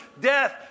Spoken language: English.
death